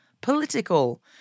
political